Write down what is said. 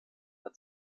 der